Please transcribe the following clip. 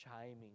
chiming